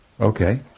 Okay